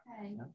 okay